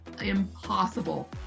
impossible